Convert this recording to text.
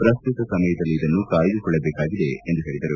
ಪ್ರಸ್ತುತ ಸಮಯದಲ್ಲಿ ಇದನ್ನು ಕಾಯ್ದುಕೊಳ್ಳಬೇಕಾಗಿದೆ ಎಂದು ಹೇಳಿದರು